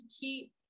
keep